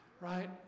right